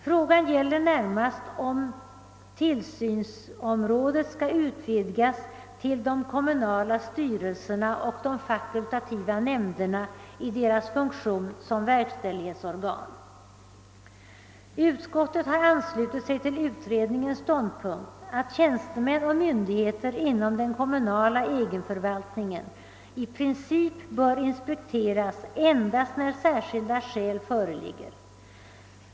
Frågan gäller närmast om tillsynsområdet skall utvidgas till de kommunala styrelserna och de fakultativa nämnderna i deras funktion som verkställighetsorgan. Utskottet har anslutit sig till utredningens ståndpunkt, att tjänstemän och myndigheter inom den kommunala egenförvaltningen i princip bör inspekteras endast när särskilda skäl föreligger.